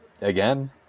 Again